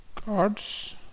cards